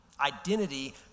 identity